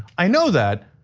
i know that,